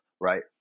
Right